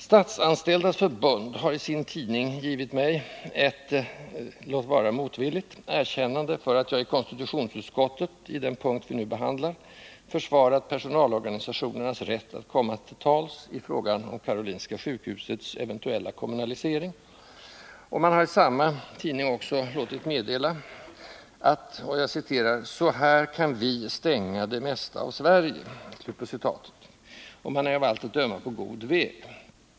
Statsanställdas förbund har i sin tidning givit mig ett, låt vara motvilligt, erkännande för att jag i konstitutionsutskottet på den punkt vi nu behandlar försvarat personalorganisationernas rätt att komma till tals i frågan om Karolinska sjukhusets eventuella kommunalisering. Förbundet har i samma tidning låtit meddela att ”så här kan vi stänga det mesta av Sverige”, och man är av allt att döma på god väg.